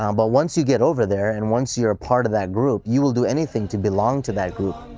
um but once you get over there and once you're a part of that group, you will do anything to belong to that group.